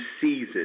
season